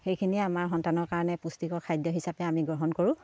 সেইখিনিয়ে আমাৰ সন্তানৰ কাৰণে পুষ্টিকৰ খাদ্য হিচাপে আমি গ্ৰহণ কৰোঁ